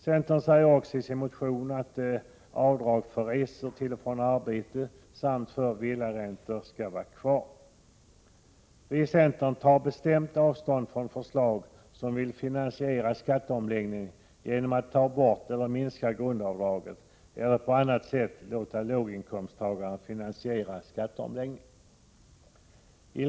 Centern säger också i sin motion att avdrag för resor till och från arbetet samt för villaräntor skall vara kvar. Vi i centern tar bestämt avstånd från förslag som syftar till att finansiera skatteomläggningen genom borttagande eller minskning av grundavdraget eller genom att man på annat sätt låter låginkomsttagarna finansiera skatteomläggningen.